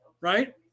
Right